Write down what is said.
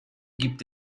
gibt